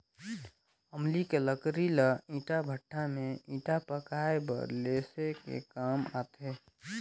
अमली के लकरी ल ईटा भट्ठा में ईटा पकाये बर लेसे के काम आथे